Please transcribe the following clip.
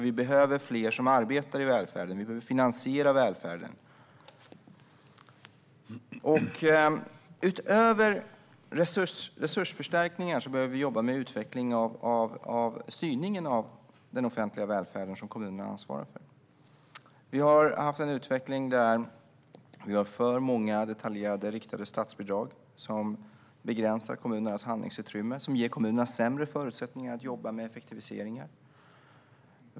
Vi behöver fler som arbetar i välfärden. Vi behöver finansiera välfärden. Utöver resursförstärkningar behöver vi jobba med utveckling av styrningen av den offentliga välfärden, som kommunerna ansvarar för. Vi har haft en utveckling där vi har fått för många detaljerade, riktade statsbidrag, som begränsar kommunernas handlingsutrymme och ger kommunerna sämre förutsättningar att jobba med effektiviseringar.